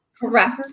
Correct